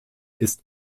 ist